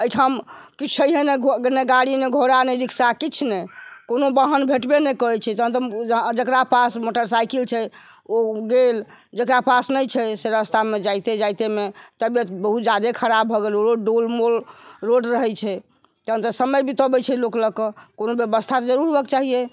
अइठाम किछु छहिये नहि ने गाड़ी नहि घोड़ा नहि रिक्शा नहि किछु नहि कोनो वाहन भेटबे नहि करै छै तहन तऽ जकरा पास मोटरसाइकिल छै ओ गेल जकरा पास नहि छै से रस्तामे जाइते जाइतेमे तबियत बहुत जादे खराब भऽ गेल रोड डोल मोल रोड रहै छै तहन तऽ समय बिताबै छै लोक लअ कऽ कोनो व्यवस्था तऽ जरुर होबाक चाहियै